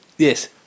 Yes